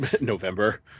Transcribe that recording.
November